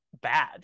bad